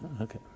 Okay